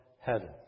heaven